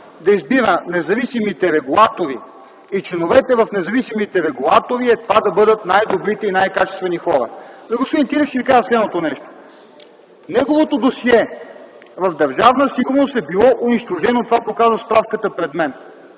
да избира независимите регулатори и членовете в независимите регулатори. Това е да бъдат най-добрите, най-качествените хора. За господин Тилев ще ви кажа следното. Неговото досие в Държавна сигурност е било унищожено. Това показва справката пред мен.